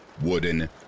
wooden